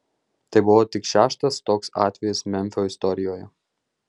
tai buvo tik šeštas toks atvejis memfio istorijoje